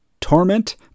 torment